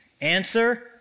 Answer